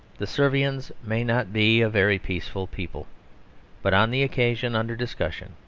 the servians may not be a very peaceful people but, on the occasion under discussion,